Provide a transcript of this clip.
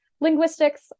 linguistics